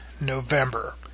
November